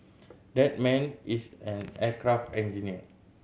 that man is an aircraft engineer